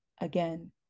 again